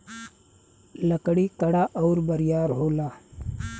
लकड़ी कड़ा अउर बरियार होला